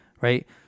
right